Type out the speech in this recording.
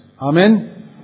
Amen